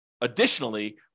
additionally